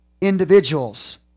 Individuals